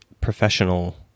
professional